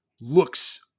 looks